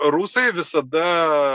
rusai visada